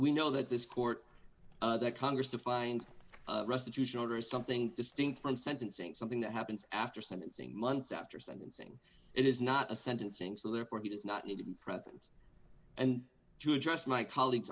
we know that this court that congress to find restitution or something distinct from sentencing something that happens after sentencing months after sentencing it is not a sentencing so therefore he does not need to be present and to address my colleague